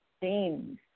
Themes